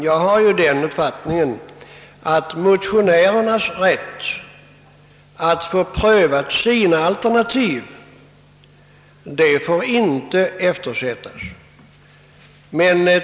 Jag har den uppfattningen att motionärernas rätt att få sina alternativ prövade inte får eftersättas.